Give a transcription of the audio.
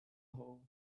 hole